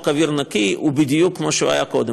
אוויר נקי הוא בדיוק כמו שהוא היה קודם.